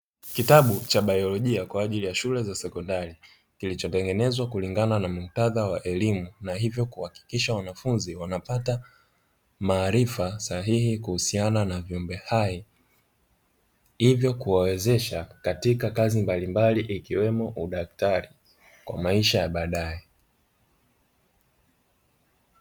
Kitabu cha biolojia kwa ajili ya shule za sekondari kilichotengenezwa kulingana na muktadha wa elimu na hivyo kuhakikisha wanafunzi wanapata maarifa sahihi kuhusiana na viumbe hai, hivyo kuwawezesha katika kazi mbalimbali ikiwemo udaktari kwa maisha ya baadaye.